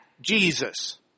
Jesus